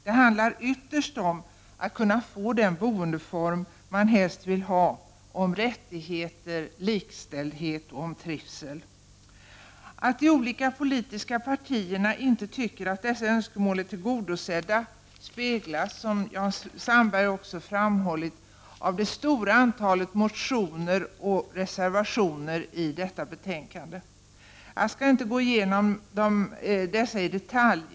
Det handlar ytterst om att kunna få den boendeform som man helst vill ha och om rättigheter, likställdhet och trivsel. Att de olika politiska partierna inte tycker att dessa önskemål är tillgodosedda avspeglas, som Jan Sandberg har framhållit, i det stora antal motioner och reservationer som tas upp i detta betänkande. Jag skall inte gå igenom dessa i detalj.